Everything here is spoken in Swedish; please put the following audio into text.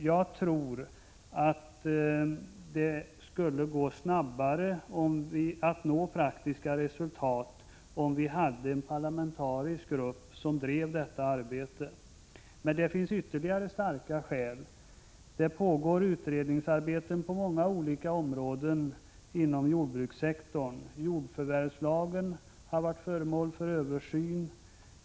Jag tror att det skulle gå snabbare att nå praktiska resultat om vi hade en parlamentarisk grupp som drev detta arbete. Men det finns ytterligare starka skäl. Det pågår utredningsarbeten på många olika områden inom jordbrukssektorn. Jordförvärvslagen har varit föremål för översyn.